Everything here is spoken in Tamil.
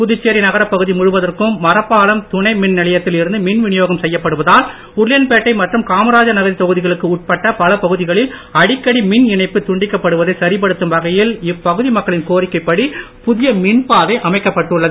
புதுச்சேரி நகரப் பகுதி முழுவதற்கும் மரப்பால் துணை மின்நிலையத்தில் இருந்து மின் வினியோகம் செய்யப்படுவதால் உருளையன்பேட்டை மற்றும் காமராஜர் நகர் தொகுதிகளுக்கு உட்பட்ட பல பகுதிகளில் அடிக்கடி மின் இணைப்பு துண்டிக்கப் படுவதை சரிப் படுத்தும் வகையில் இப்பகுதி மக்களின் கோரிக்கை படி புதிய மின்பாதை அமைக்கப்பட்டுள்ளது